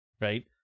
Right